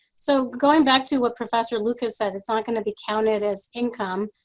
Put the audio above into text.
so going back to what professor lucas says, it's not going to be counted as income.